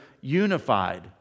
unified